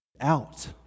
out